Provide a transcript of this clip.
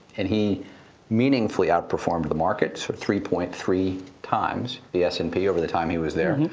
and he meaningfully outperformed the market. so three point three times the s and p over the time he was there.